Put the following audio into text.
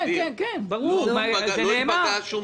שום דבר לא ייפגע.